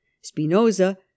Spinoza